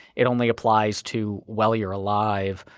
it only applies to while you're alive.